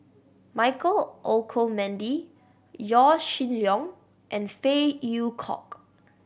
Michael Olcomendy Yaw Shin Leong and Phey Yew Kok